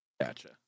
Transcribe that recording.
Gotcha